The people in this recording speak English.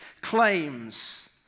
claims